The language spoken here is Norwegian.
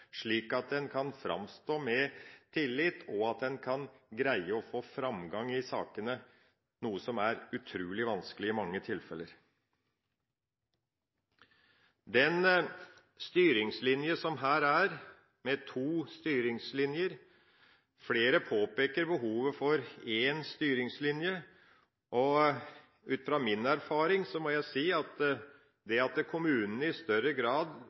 slik at de kan framstå med tillit, og at man kan greie å få framgang i sakene, noe som er utrolig vanskelig i mange tilfeller. Her har man et system med to styringslinjer. Flere påpeker behovet for én styringslinje. Hvis kommunene i større grad kunne bli mer involvert i saker som har med Nav å gjøre, f.eks. for de